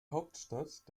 hauptstadt